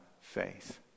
faith